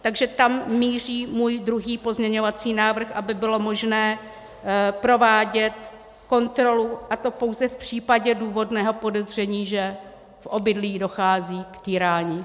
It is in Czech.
Takže tam míří můj druhý pozměňovací návrh, aby bylo možné provádět kontrolu, a to pouze v případě důvodného podezření, že v obydlí dochází k týrání.